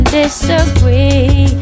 disagree